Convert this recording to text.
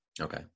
Okay